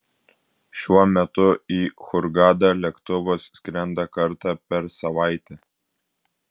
šiuo metu į hurgadą lėktuvas skrenda kartą per savaitę